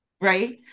Right